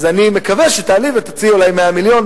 אז אני מקווה שתעלי ותציעי אולי 100 מיליון,